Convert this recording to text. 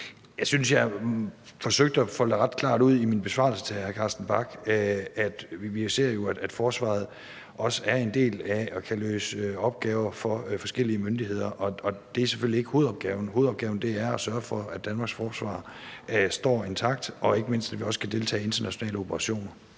hr. Carsten Bach at folde ret klart ud, at vi jo ser, at forsvaret også er en del af at løse opgaver for forskellige myndigheder, og at det selvfølgelig ikke er hovedopgaven. Hovedopgaven er at sørge for, at Danmarks forsvar står intakt, og ikke mindst, at vi også kan deltage i internationale operationer.